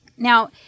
Now